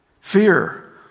Fear